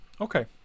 okay